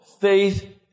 Faith